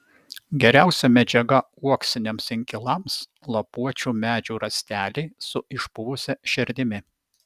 geriausia medžiaga uoksiniams inkilams lapuočių medžių rąsteliai su išpuvusia šerdimi